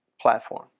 platform